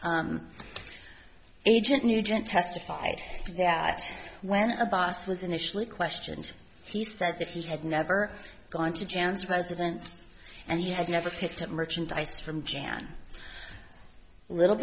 agent nugent testified that when abbas was initially questioned he said that he had never gone to jan's residence and he had never picked up merchandise from japan a little